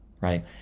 right